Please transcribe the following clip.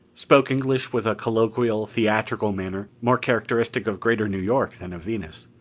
spoke english with a colloquial, theatrical manner more characteristic of greater new york than of venus.